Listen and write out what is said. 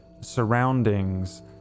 surroundings